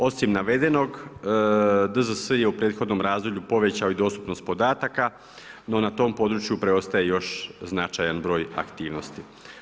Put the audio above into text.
Osim navedenog, DZS je u prethodnom razdoblju povećao i dostupnost podataka, no na tom području preostaje još značajan broj aktivnosti.